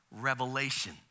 revelation